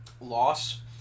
loss